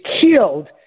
killed